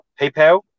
PayPal